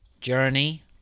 Journey